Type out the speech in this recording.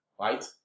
right